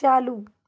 चालू